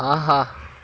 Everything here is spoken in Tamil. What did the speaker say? ஆஹா